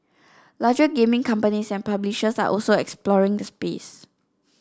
larger gaming companies and publishers are also exploring the space